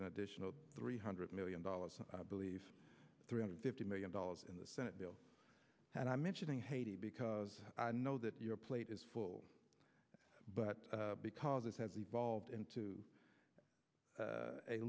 handed additional three hundred million dollars beliefs three hundred fifty million dollars in the senate bill and i'm mentioning haiti because i know that your plate is full but because it has evolved into a